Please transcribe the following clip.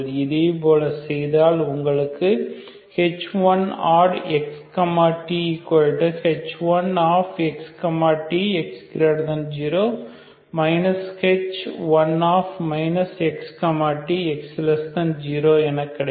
இதேபோல செய்தால் உங்களுக்கு h1oddx th1x t x0 h1 x t x0 கிடைக்கும்